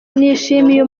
nishimiye